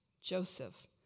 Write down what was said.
Joseph